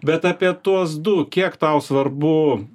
bet apie tuos du kiek tau svarbu